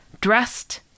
dressed